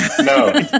No